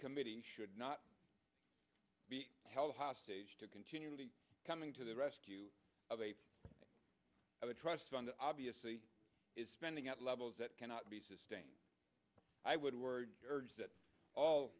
committee should not be held hostage to continually coming to the rescue of a of a trust fund obviously is spending at levels that cannot be sustained i would word urge that all